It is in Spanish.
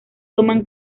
toman